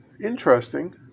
interesting